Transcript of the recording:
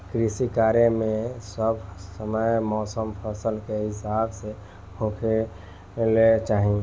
कृषि कार्य मे सब समय मौसम फसल के हिसाब से होखे के चाही